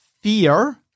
fear